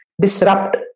disrupt